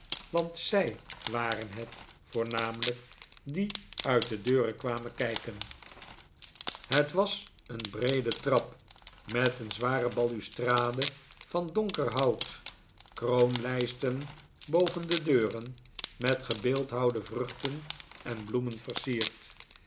want zij waren het voornamelijk die uit de deuren kwamen kijken het was een breede trap met een zware balustrade van donker hout kroonlijsten boven de deuren met gebeeldhouwde vruchten en bloemen